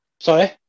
Sorry